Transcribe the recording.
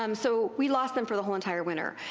um so we lost them for the whole entire winter.